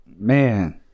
Man